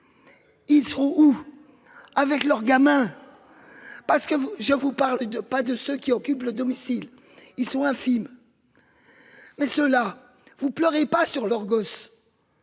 Ils seront ou. Avec leurs gamins. Parce que je vous parle de pas de ceux qui occupent le domicile. Ils sont infimes. Mais cela vous pleurez pas sur leurs gosses.